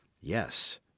Yes